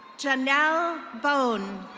janelle bone.